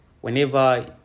Whenever